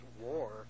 war